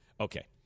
Okay